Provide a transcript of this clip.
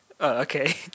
Okay